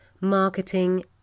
marketing